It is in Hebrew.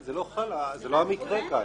זה לא המקרה כאן.